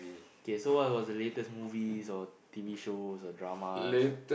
K so what was the latest movies or T_V shows or dramas